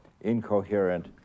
incoherent